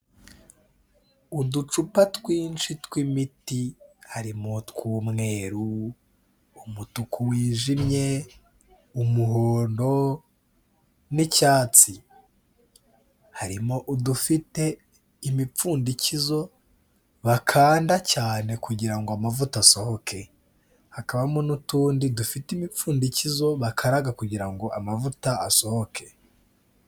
Uducupa twinshi tw'imiti harimo tw'umweru, umutuku wijimye, umuhondo n'icyatsi, harimo udufite imipfundikizo bakanda cyane kugira ngo amavuta asohoke, hakabamo n'utundi dufite imipfundikizo bakaraga kugira ngo amavuta asohoke.